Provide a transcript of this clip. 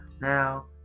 Now